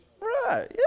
Right